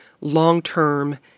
long-term